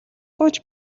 гуйж